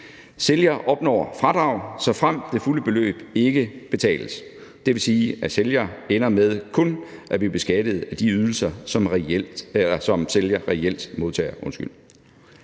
Sælger opnår fradrag, såfremt det fulde beløb ikke betales. Det vil sige, at sælger ender med kun at blive beskattet af de ydelser, som sælger reelt modtager. Det